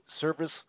Service